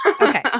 Okay